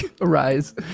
arise